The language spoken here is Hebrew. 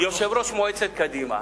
יושב-ראש מועצת קדימה,